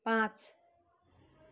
पाँच